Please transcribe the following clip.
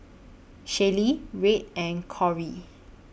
Shaylee Red and Kory